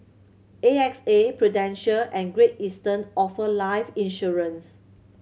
A X A Prudential and Great Eastern offer life insurance